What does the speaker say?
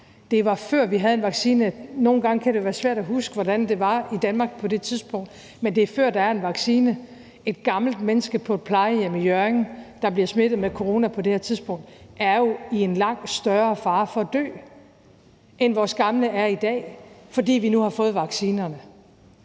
Det var, før vi havde en vaccine. Nogle gange kan det jo være svært at huske, hvordan det var i Danmark på det tidspunkt, men det var, før der var en vaccine. Et gammelt menneske på et plejehjem i Hjørring, der blev smittet med corona på det her tidspunkt, var jo i langt større fare for at dø, end vores gamle er i dag, fordi vi nu har fået vaccinerne.